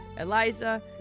eliza